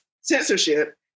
censorship